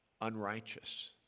unrighteous